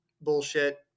bullshit